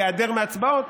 ייעדר מהצבעות.